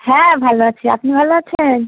হ্যাঁ ভালো আছি আপনি ভালো আছেন